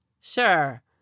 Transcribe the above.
Sure